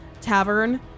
tavern